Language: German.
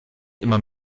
immer